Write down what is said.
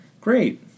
great